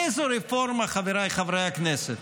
איזו רפורמה, חבריי חברי הכנסת?